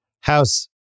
House